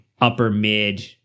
upper-mid